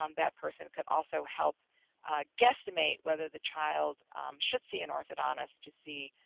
um that person could also help guesstimate whether the child should see an orthodontist to see